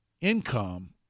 income